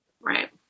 Right